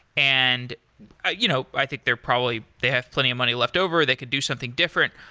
and ah you know i think they're probably they have plenty of money left over. they could do something different.